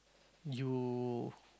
you